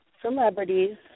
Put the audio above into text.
celebrities